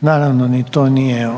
Naravno, ni to nije